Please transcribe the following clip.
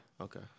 okay